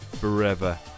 Forever